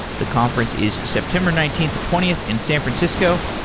the conference is september nineteenth and twentieth in san francisco.